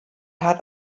hat